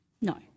No